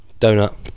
donut